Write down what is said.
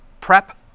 prep